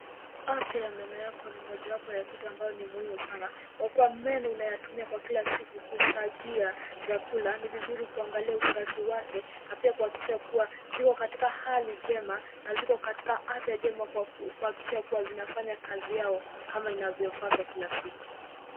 Afya ya meno yako ni mojawapo ya kitu ambayo ni muhimu sana kwa kuwa meno unayatumia kwa kila siku kusagia chakula ni vizuri kuangalia usafi wake na pia kuhakikisha kuwa katika hali njema na ziko katika afya njema kuhakikisha kuwa zinafanya kazi yao kama inavyopaswa kila siku.